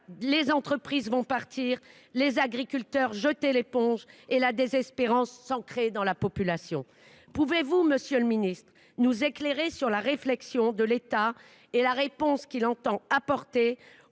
des entreprises partiront, des agriculteurs jetteront l’éponge et la désespérance s’ancrera dans la population. Pouvez vous, monsieur le ministre, nous éclairer sur la réflexion de l’État et la réponse qu’il entend apporter